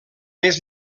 més